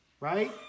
Right